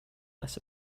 less